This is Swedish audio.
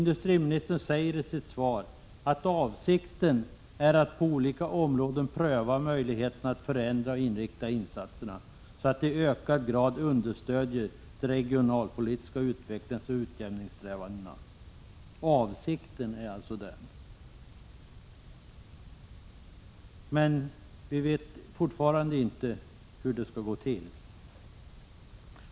Han säger: ”Avsikten är att på olika områden pröva möjligheterna att förändra och inrikta insatserna, så att de i ökad grad understödjer de regionalpolitiska utvecklingsoch utjämningssträvandena.” Detta är alltså avsikten. Men vi vet fortfarande ingenting om hur det skall gå till.